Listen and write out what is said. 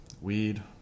weed